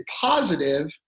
positive